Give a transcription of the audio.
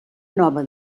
nova